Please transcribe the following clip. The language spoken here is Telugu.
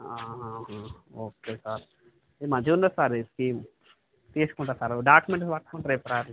ఓకే సార్ మంచిగుంది సార్ ఈ స్కీమ్ తీసుకుంటా సార్ డాక్యుమెంట్స్ పట్టుకుంటా రేపు రండి